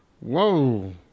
whoa